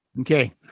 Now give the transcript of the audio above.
Okay